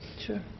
Sure